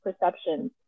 perceptions